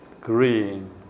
green